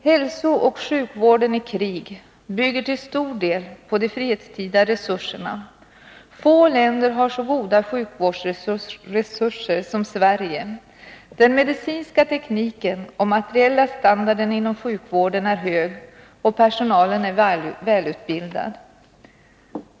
Hälsooch sjukvården i krig bygger till stor del på de fredstida resurserna. Få länder har så goda sjukvårdsresurser som Sverige. Den medicinska tekniken och den materiella standarden inom sjukvården är hög, och personalen är välutbildad.